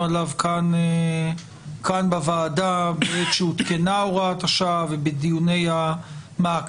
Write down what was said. עליו כאן בוועדה בעת שהותקנה הוראת השעה ובדיוני המעקב,